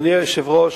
אדוני היושב-ראש,